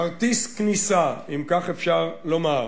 כרטיס כניסה, אם כך אפשר לומר,